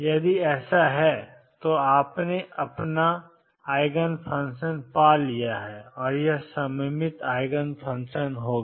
यदि ऐसा है तो आपने अपना पाया है आइगन फंक्शन और यह सममित आइगन फंक्शन होगा